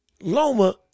Loma